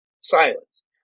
silence